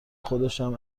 خودشم